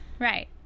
Right